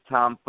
Tom